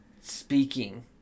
speaking